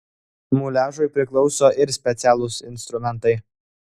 muliažui priklauso ir specialūs instrumentai